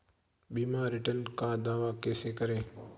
बीमा रिटर्न का दावा कैसे करें?